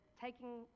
taking